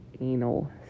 anal